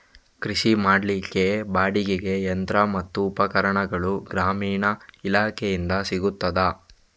ಕೃಷಿ ಮಾಡಲಿಕ್ಕೆ ಬಾಡಿಗೆಗೆ ಯಂತ್ರ ಮತ್ತು ಉಪಕರಣಗಳು ಗ್ರಾಮೀಣ ಇಲಾಖೆಯಿಂದ ಸಿಗುತ್ತದಾ?